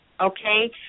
okay